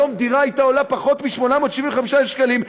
אם היום דירה הייתה עולה פחות מ-875,000 שקלים,